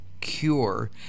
cure